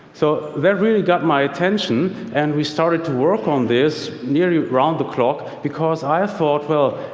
so that really got my attention, and we started to work on this nearly around the clock, because i thought, well,